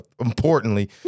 importantly